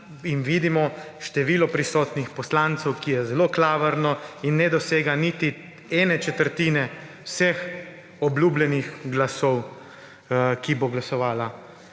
in vidimo število prisotnih poslancev, ki je zelo klavrno in ne dosega niti ene četrtine vseh obljubljenih glasov, ki bo glasovala